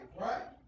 right